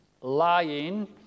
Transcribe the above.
lying